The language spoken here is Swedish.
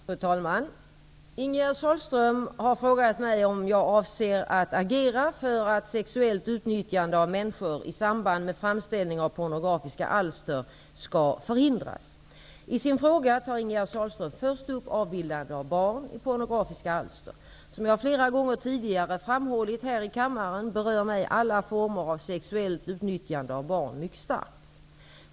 Fru talman! Ingegerd Sahlström har frågat mig om jag avser att agera för att sexuellt utnyttjande av människor i samband med framställning av pornografiska alster skall förhindras. I sin fråga tar Ingegerd Sahlström först upp avbildande av barn i pornografiska alster. Som jag flera gånger tidigare framhållit här i kammaren berör mig alla former av sexuellt utnyttjande av barn mycket starkt.